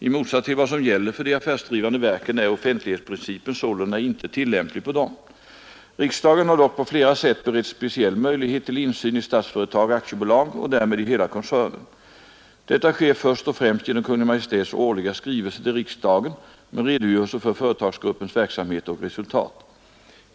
I motsats till vad som gäller för de affärsdrivande verken är offentlighetsprincipen sålunda inte tillämplig på dem. Riksdagen har dock på flera sätt beretts speciell möjlighet till insyn i Statsföretag AB och därmed i hela koncernen. Detta sker först och främst genom Kungl. Maj:ts årliga skrivelse till riksdagen med redogörelse för företagsgruppens verksamhet och resultat.